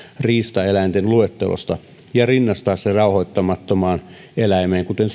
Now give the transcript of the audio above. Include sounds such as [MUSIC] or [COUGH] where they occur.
riistaeläinten luettelosta ja rinnastaa se rauhoittamattomaan eläimeen kuten [UNINTELLIGIBLE]